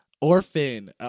orphan